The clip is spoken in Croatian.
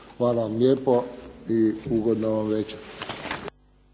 Hvala vam lijepo i ugodna vam večer.